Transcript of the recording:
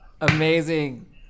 Amazing